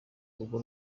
rugo